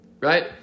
right